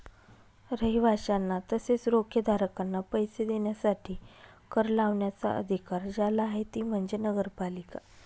रहिवाशांना तसेच रोखेधारकांना पैसे देण्यासाठी कर लावण्याचा अधिकार ज्याला आहे ती म्हणजे नगरपालिका